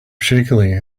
shakily